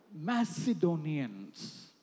Macedonians